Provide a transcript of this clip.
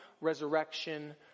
resurrection